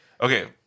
Okay